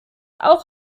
auch